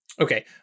Okay